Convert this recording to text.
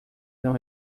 não